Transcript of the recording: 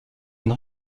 une